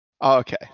Okay